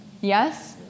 Yes